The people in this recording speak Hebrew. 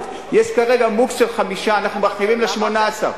יש כרגע "בוקס" של חמישה, אנחנו מרחיבים ל-18.